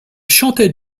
chantaient